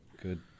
Good